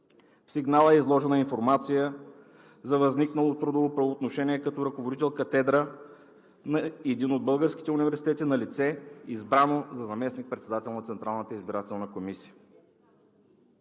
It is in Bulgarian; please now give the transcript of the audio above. В сигнала е изложена информация за възникнало трудово правоотношение като ръководител катедра на един от българските университети на лице, избрано за заместник-председател на Централната избирателна комисия,